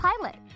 pilot